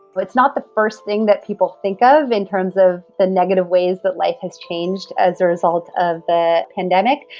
but it's not the first thing that people think of in terms of the negative ways that life has changed as a result of the pandemic.